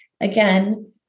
Again